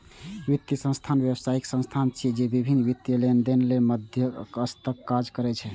वित्तीय संस्थान व्यावसायिक संस्था छिय, जे विभिन्न वित्तीय लेनदेन लेल मध्यस्थक काज करै छै